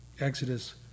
Exodus